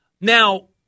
Now